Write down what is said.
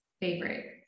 favorite